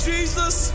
Jesus